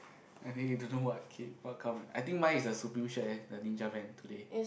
I think you don't know what ca~ what come eh I think mine is a supreme share the ninja van today